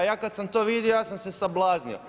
Ja kad sam to vidio ja sam se sablaznio.